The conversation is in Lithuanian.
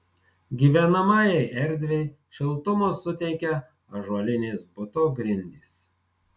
gyvenamajai erdvei šiltumo suteikia ąžuolinės buto grindys